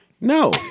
No